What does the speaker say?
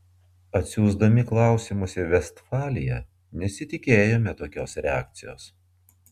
atsiųsdami klausimus į vestfaliją nesitikėjome tokios reakcijos